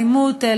האלימות,